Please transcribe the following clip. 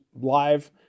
live